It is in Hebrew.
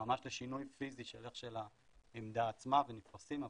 לשינוי פיזי של העמדה עצמה והטפסים,